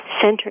center